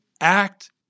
act